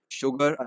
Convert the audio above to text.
sugar